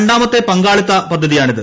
രണ്ടാമത്തെ പങ്കാളിത്ത പദ്ധതിയാണിത്